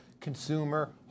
consumer